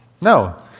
No